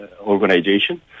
organization